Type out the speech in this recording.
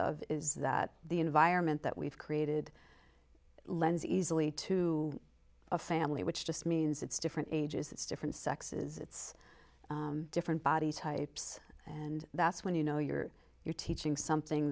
of is that the environment that we've created lends easily to a family which just means it's different ages it's different sexes it's different body types and that's when you know you're you're teaching something